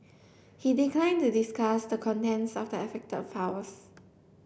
he declined to discuss the contents of the affected files